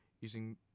using